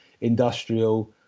industrial